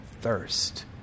thirst